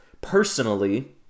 personally